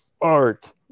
Art